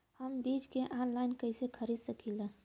हम बीज के आनलाइन कइसे खरीद सकीला?